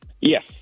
Yes